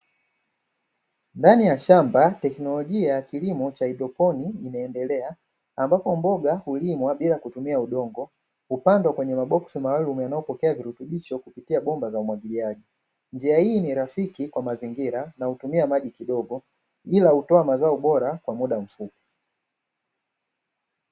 Ndani ya shamba teknolojia ya kilimo cha haidroponi inaendelea, ambapo mboga hulimwa bila kutumia udongo, hupandwa kwenye maboksi maalumu yanayopokea virutubisho kupitia bomba za umwagiliaji, njia hii ni rafiki kwa mazingira na hutumia maji kidogo, ila hutoa mazao bora kwa muda mfupi.